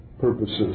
purposes